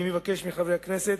אני מבקש מחברי הכנסת